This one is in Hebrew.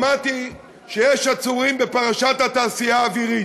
שמעתי שיש עצורים בפרשת התעשייה האווירית.